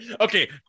Okay